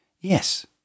Yes